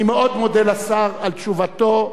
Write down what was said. אני מאוד מודה לשר על תשובתו.